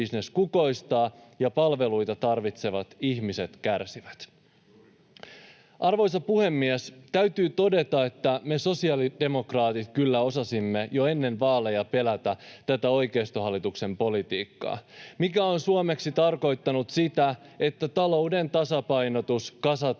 Arvoisa puhemies! Täytyy todeta, että me sosiaalidemokraatit kyllä osasimme jo ennen vaaleja pelätä tätä oikeistohallituksen politiikkaa, mikä on suomeksi tarkoittanut sitä, että talouden tasapainotus kasataan